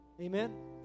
Amen